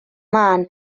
lân